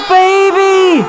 baby